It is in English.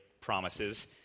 promises